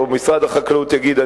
משרד החקלאות יגיד: